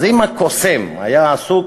אז אם הקוסם היה עסוק